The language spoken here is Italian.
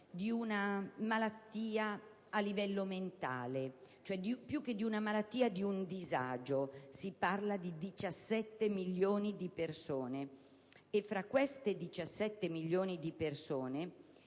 di una malattia a livello mentale (più che di una malattia, di un disagio): si parla di 17 milioni di persone e il 10 per cento di esse